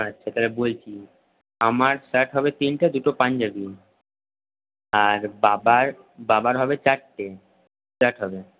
আচ্ছা তাহলে বলছি আমার শার্ট হবে তিনটে দুটো পাঞ্জাবি আর বাবার বাবার হবে চারটে শার্ট হবে